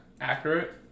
accurate